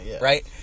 Right